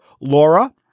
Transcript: Laura